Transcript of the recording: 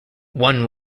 one